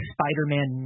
Spider-Man